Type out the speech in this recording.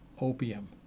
opium